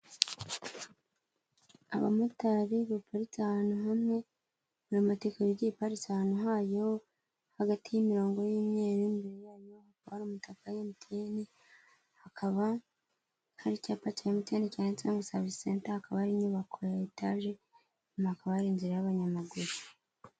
Abamotari baraparitse ahantu hamwe, buri moto ikaba paritse ahantu hayo hagati y'imirongo y'imyeru. Imbere yayo hakaba hari umutaka wa MTN, hakaba hari icyapa cya MTN cyanditseho ngo Savisi senta, hakaba hari inyubako ya etage, inyuma hakaba hari inzira y'abanyamaguru.